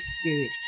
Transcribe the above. Spirit